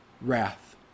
wrath